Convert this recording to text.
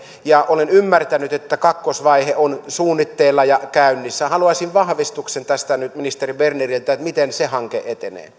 ja olen ymmärtänyt että kakkosvaihe on suunnitteilla ja käynnissä haluaisin vahvistuksen tästä nyt ministeri berneriltä että miten se hanke etenee